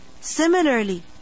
Similarly